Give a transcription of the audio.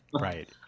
right